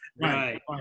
Right